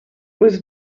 was